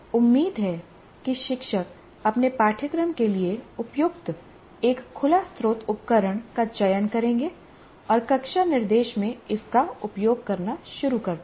उम्मीद है कि शिक्षक अपने पाठ्यक्रम के लिए उपयुक्त एक खुला स्त्रोत उपकरण का चयन करेंगे और कक्षा निर्देश में इसका उपयोग करना शुरू कर देंगे